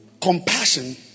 compassion